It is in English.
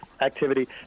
activity